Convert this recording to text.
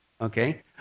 okay